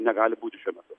negali būti šiuo metu